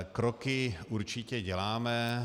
Kroky určitě děláme.